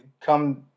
come